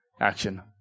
action